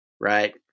right